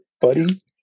buddy